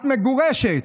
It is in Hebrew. את מגורשת.